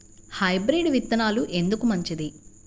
Hybrid విత్తనాలు ఎందుకు మంచిది?